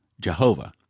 Jehovah